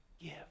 give